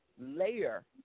layer